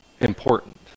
important